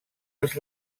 els